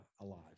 alive